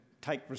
take